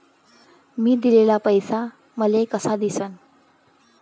मी दिलेला पैसा मले कसा दिसन?